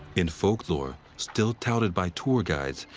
in folklore still touted by tour guides,